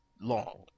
long